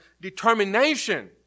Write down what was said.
determination